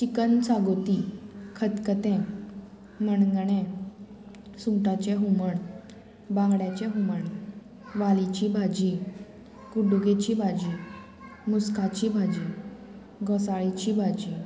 chicken सागोती खतखतें मणगणें सुंगटाचें हुमण बांगड्याचें हुमण वालीची भाजी कुड्डुकेची भाजी मुस्काची भाजी घोसाळेची भाजी